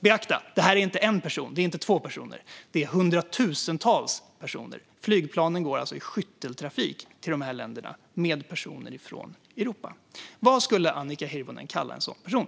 Beakta att det här inte är en eller två personer - det är hundratusentals personer! Flygplanen går i skytteltrafik till de här länderna med personer från Europa. Vad skulle Annika Hirvonen kalla en sådan person?